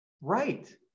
right